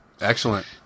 excellent